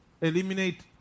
eliminate